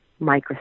Microsoft